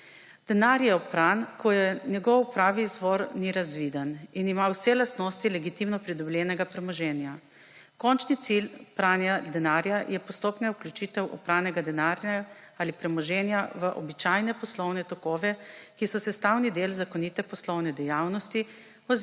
Denar je opran, ko njegov pravi izvor ni razviden in ima vse lastnosti legitimno pridobljenega premoženja. Končni cilj pranja denarja je postopna vključitev opranega denarja ali premoženja v običajne poslovne tokove, ki so sestavni del zakonite poslovne dejavnosti